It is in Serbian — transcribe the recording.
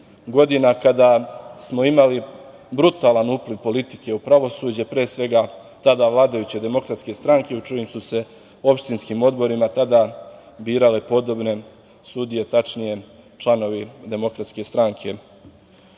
godina kada smo imali brutalan upliv politike u pravosuđe, pre svega tada vladajuće Demokratske stranke u čijim su se opštinskim odborima tada birale podobne sudije, tačnije članovi Demokratske stranke